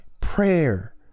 prayer